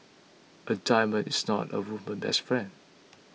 a diamond is not a woman's best friend